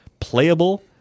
playable